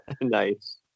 Nice